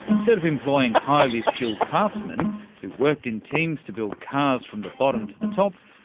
instead of employing highly skilled craftsmen who worked in teams to build cars from the bottom to the top,